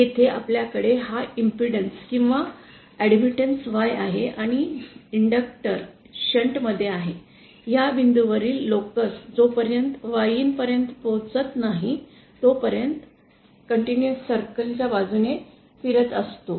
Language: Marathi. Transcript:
येथे आपल्याकडे हा इम्पेडन्स किंवा ऐड्मिटन्स Y आहे आणि इंडक्टर् शंट मध्ये आहे या बिंदूवरील लोकस जोपर्यंत Yin पर्यंत पोहोचत नाही तोपर्यंत सतत वर्तुळाच्या बाजूने फिरत असतो